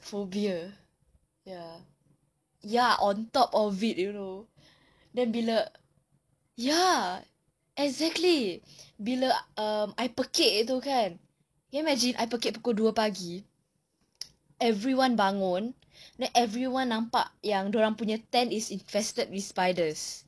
phobia ya ya on top of it you know then bila ya exactly then bila um I pekik itu kan can you imagine I pekik pukul dua pagi everyone bangun then everyone nampak yang dia punya tent is infested with spiders